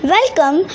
Welcome